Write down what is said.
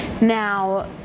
Now